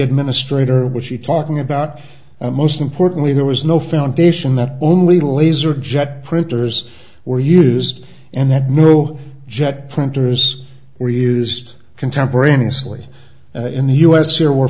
administrator was she talking about most importantly there was no foundation that only laser jet printers were used and that no jet printers were used contemporaneously in the us here we're